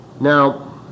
Now